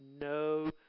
no